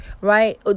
right